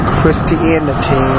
Christianity